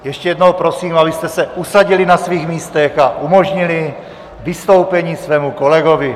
Ještě jednou prosím, abyste se usadili na svých místech a umožnili vystoupení svému kolegovi.